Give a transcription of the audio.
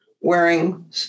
wearing